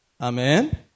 Amen